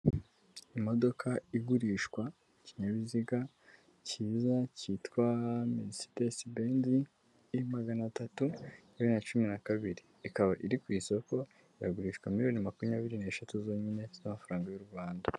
Imodoka igurishwa ikinyabiziga cyiza cyitwa Merisidesi benzi e magana atatubiri ya bibri na cumi na kabiri, ikaba iri ku isoko iragurishwa miliyoni makumyabiri n'eshatu zonyine z'amafaranga y'u Rwanda.